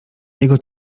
jego